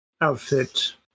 outfit